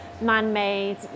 man-made